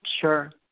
Sure